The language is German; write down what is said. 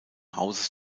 hauses